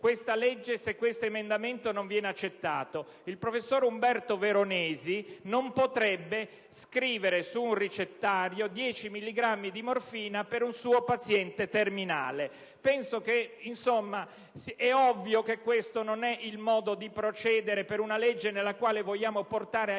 che questo emendamento non venisse accettato: il professor Umberto Veronesi non potrebbe prescrivere su un ricettario 10 milligrammi di morfina per un suo paziente terminale. Insomma, è ovvio che non è questo il modo di procedere per una legge con la quale vogliamo portare aiuto